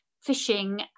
fishing